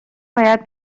باید